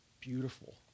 beautiful